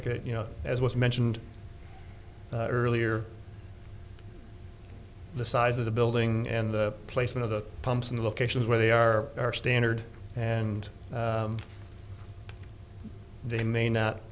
it you know as was mentioned earlier the size of the building and the placement of the pumps in the locations where they are are standard and they may not